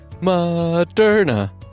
Moderna